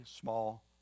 small